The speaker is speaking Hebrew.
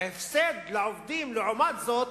ההפסד לעובדים, לעומת זאת,